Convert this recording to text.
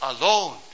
alone